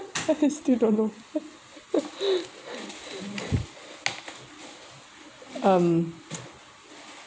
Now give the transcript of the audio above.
how come still don't know um